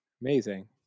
Amazing